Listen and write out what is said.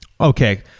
Okay